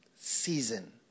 season